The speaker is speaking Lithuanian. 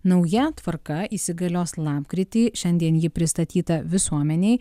nauja tvarka įsigalios lapkritį šiandien ji pristatyta visuomenei